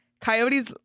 coyotes